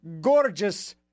gorgeous